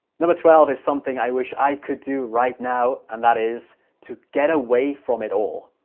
number twelve is something i wish i could do right now and that is to get away from it all.